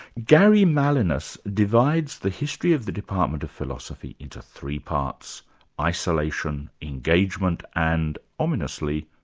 gary malinas divides the history of the department of philosophy into three parts isolation, engagement and, ominously,